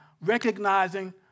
recognizing